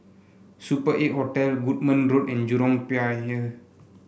Super Eight Hotel Goodman Road and Jurong Pier